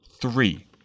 three